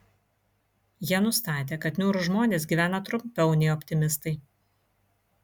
jie nustatė kad niūrūs žmonės gyvena trumpiau nei optimistai